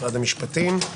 משרד המשפטים,